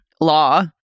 law